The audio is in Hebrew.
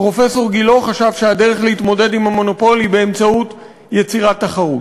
פרופסור גילה חשב שהדרך להתמודד עם המונופול היא באמצעות יצירת תחרות.